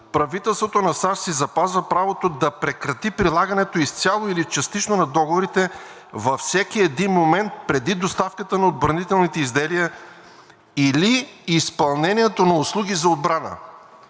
правителството на САЩ си запазва правото да прекрати прилагането изцяло или частично на договорите във всеки един момент преди доставката на отбранителните изделия или изпълнението на услуги за отбрана.“